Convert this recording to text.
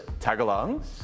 Tagalongs